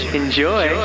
enjoy